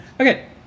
Okay